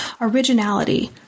originality